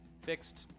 Fixed